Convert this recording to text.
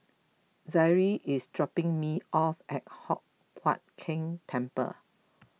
Zaire is dropping me off at Hock Huat Keng Temple